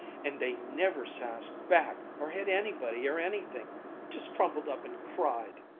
and they never sassed back, or hit anybody or anything just crumpled up and cried!